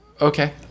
okay